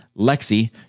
Lexi